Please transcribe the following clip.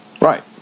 Right